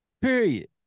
Period